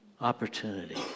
opportunity